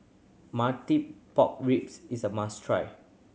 martie pork ribs is a must try